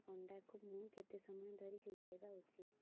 ଅଣ୍ଡାକୁ ମୁଁ କେତେ ସମୟ ଧରି ସିଝାଇବା ଉଚିତ୍